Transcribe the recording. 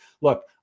look